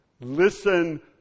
Listen